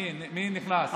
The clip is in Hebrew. מי נכנס?